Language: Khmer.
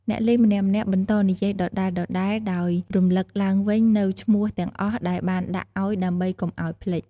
អ្នកលេងម្នាក់ៗបន្តនិយាយដដែលៗ ដោយរំលឹកឡើងវិញនូវឈ្មោះទាំងអស់ដែលបានដាក់អោយដើម្បីកុំអោយភ្លេច។